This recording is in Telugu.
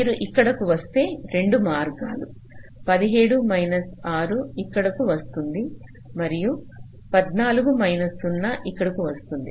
మీరు ఇక్కడకు వస్తే 2 మార్గాలు 17 మైనస్ 6 ఇక్కడకు వస్తుంది మరియు 14 మైనస్ 0 ఇక్కడకు వస్తుంది